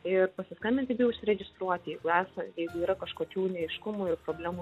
ir pasiskambinti bei užsiregistruoti jeigu esa jeigu yra kažkokių neaiškumų ir problemų